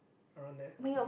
around there